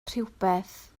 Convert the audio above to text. rhywbeth